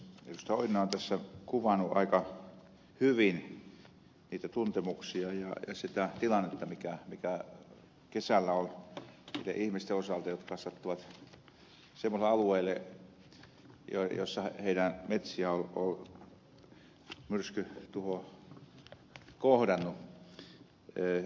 oinonen on tässä kuvannut aika hyvin niitä tuntemuksia ja sitä tilannetta mikä kesällä oli niitten ihmisten osalta jotka sattuivat semmoiselle alueelle missä heidän metsiään on myrskytuho kohdannut